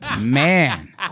Man